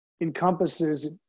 encompasses